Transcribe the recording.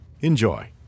Enjoy